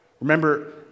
Remember